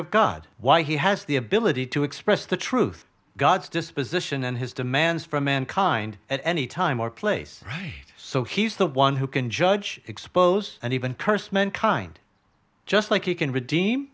of god why he has the ability to express the truth god's disposition and his demands from mankind at any time or place so he's the one who can judge expose and even curse mankind just like you can redeem